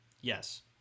Yes